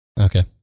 Okay